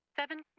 Seven